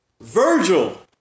Virgil